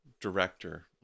director